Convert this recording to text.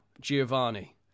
Giovanni